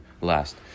last